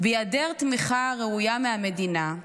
"בהיעדר תמיכה ראויה מהמדינה,